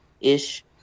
ish